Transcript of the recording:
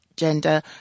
gender